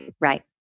Right